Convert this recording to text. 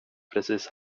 precis